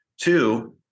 Two